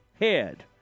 head